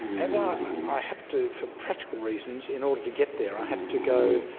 as ah i had to for practical reasons in order to get there i had to go